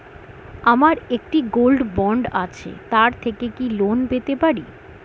আমার একটি gold bond আছে তার থেকে কি লোন পেতে পারি?